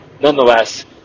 nonetheless